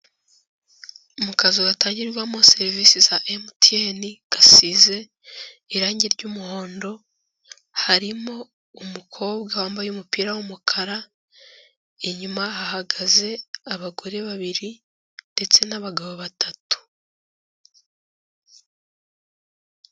Mu kazu gatangirwamo serivisi za MTN gasize irangi ry'muhondo, harimo umukobwa wambaye umupira w'umukara, inyuma hahagaze abagore babiri ndetse n'abagabo batatu.